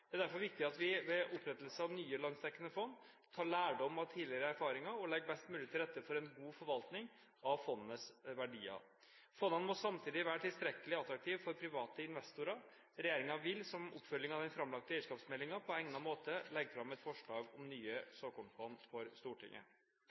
Det er derfor viktig at vi, ved opprettelse av nye landsdekkende fond, tar lærdom av tidligere erfaringer og legger best mulig til rette for en god forvaltning av fondenes verdier. Fondene må samtidig være tilstrekkelig attraktive for private investorer. Regjeringen vil, som oppfølging av den framlagte eierskapsmeldingen, på egnet måte legge fram et forslag om nye